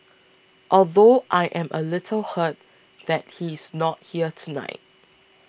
although I am a little hurt that he is not here tonight